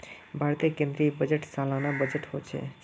भारतेर केन्द्रीय बजट सालाना बजट होछे